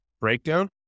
breakdown